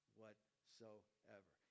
whatsoever